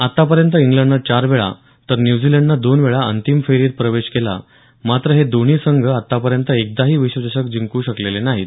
आतापर्यंत इंग्लंडनं चार वेळा तर न्यूझीलंडनं दोन वेळा अंतिम फेरीत प्रवेश केला मात्र हे दोन्ही संघ आतापर्यंत एकदाही विश्वचषक जिंकू शकलेले नाहीत